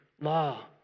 law